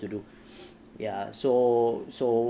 to do ya so so